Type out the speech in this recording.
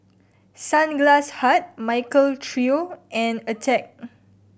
Sunglass Hut Michael Trio and Attack